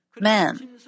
man